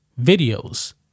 videos